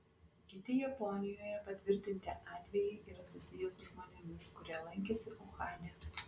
kiti japonijoje patvirtinti atvejai yra susiję su žmonėmis kurie lankėsi uhane